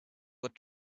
would